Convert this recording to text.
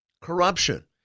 Corruption